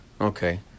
Okay